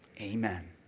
amen